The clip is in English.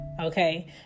okay